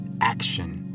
action